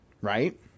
right